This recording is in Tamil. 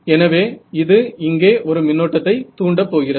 எனவே இது இங்கே ஒரு மின்னோட்டத்தை தூண்ட போகிறது